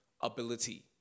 ability